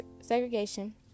segregation